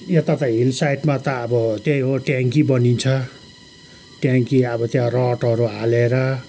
यता त हिल साइडमा त अब त्यही हो ट्याङकी बनिन्छ ट्याङकी अब त्यहाँ रडहरू हालेर